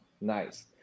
Nice